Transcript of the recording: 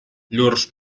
llurs